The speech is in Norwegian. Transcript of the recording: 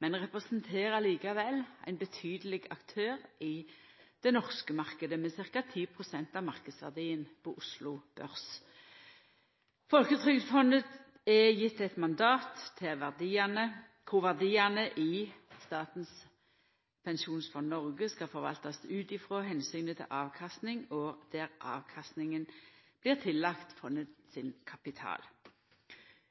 men representerer likevel ein betydeleg aktør i den norske marknaden, med ca. 10 pst. av marknadsverdien på Oslo Børs. Folketrygdfondet er gjeve eit mandat kor verdiane i Statens pensjonsfond Norge skal forvaltast ut frå omsynet til avkastning, og der avkastninga blir lagt til i fondet sin kapital.